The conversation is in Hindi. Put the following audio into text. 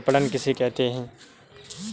विपणन किसे कहते हैं?